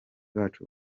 bacu